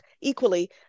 equally